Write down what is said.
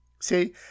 See